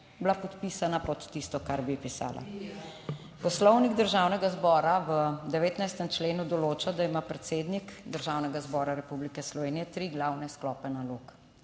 bila podpisana pod tisto, kar bi pisala. Poslovnik Državnega zbora v 19. členu določa, da ima predsednik Državnega zbora Republike Slovenije tri glavne sklope nalog,